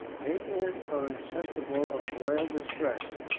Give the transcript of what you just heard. ignorant or insensible of royal distress,